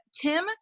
Tim